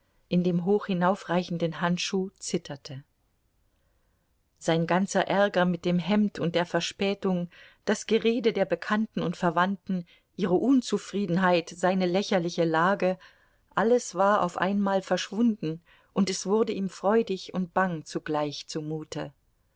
in dem hoch hinaufreichenden handschuh zitterte sein ganzer ärger mit dem hemd und der verspätung das gerede der bekannten und verwandten ihre unzufriedenheit seine lächerliche lage alles war auf einmal verschwunden und es wurde ihm freudig und bang zugleich zumute